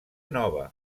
nova